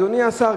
אדוני השר,